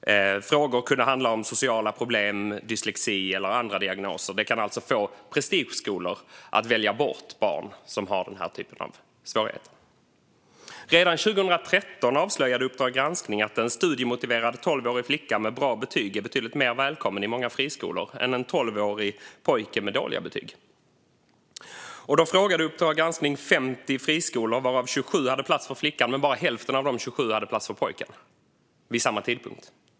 Frågor kunde handla om sociala problem, dyslexi eller andra diagnoser. Det kan alltså få prestigeskolor att välja bort barn som har den typen av svårigheter. Redan 2013 avslöjade Uppdrag granskning att en studiemotiverad tolvårig flicka med bra betyg är betydligt mer välkommen i många friskolor än en tolvårig pojke med dåliga betyg. Uppdrag granskning frågade 50 friskolor varav 27 hade plats för flickan medan bara hälften av de 27 hade plats för pojken vid samma tidpunkt.